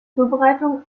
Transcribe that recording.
zubereitung